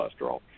cholesterol